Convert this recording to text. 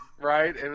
Right